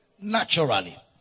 naturally